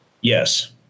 Yes